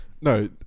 No